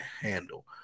handle